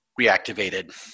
reactivated